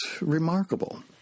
remarkable